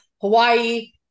Hawaii